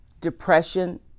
depression